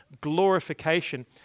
glorification